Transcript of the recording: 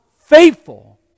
faithful